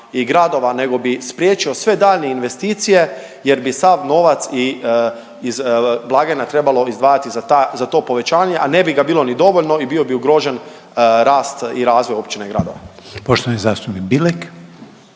nego bi spriječio sve daljnje investicije jer bi sav novac iz blagajna trebalo izdvajati za ta, za to povećanje a ne bi ga bilo ni dovoljno i bio bi ugrožen rast i razvoj općine i gradova.